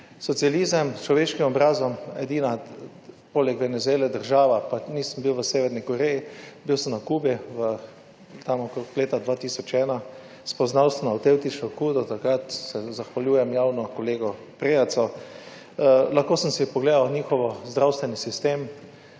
Socializem s človeškim obrazom je edina poleg Venezuele država pa nisem bil v Severni Koreji, bil sem na Kubi tam okrog leta 2001, spoznal sem avtentično Kubo - zahvaljujem se javno kolegu Prejacu - lahko sem si pogledal njihov zdravstveni sistem,